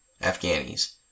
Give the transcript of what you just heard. Afghanis